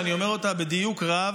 שאני אומר אותה בדיוק רב,